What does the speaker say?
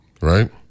right